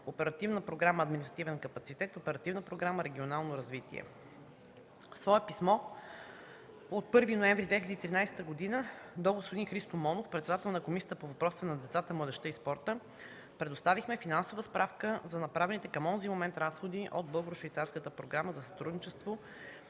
Оперативна програма „Административен капацитет”; Оперативна програма „Регионално развитие”. В свое писмо от 1 ноември 2013 г. до господин Христо Монов – председател на Комисията по въпросите на децата, младежта и спорта, предоставихме финансова справка за направените към онзи момент разходи от Българо-швейцарската програма за сътрудничество